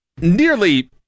nearly